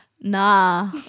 nah